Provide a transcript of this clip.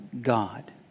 God